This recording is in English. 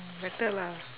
better lah